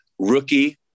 Rookie